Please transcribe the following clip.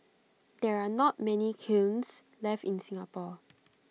there are not many kilns left in Singapore